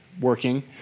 working